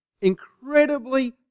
incredibly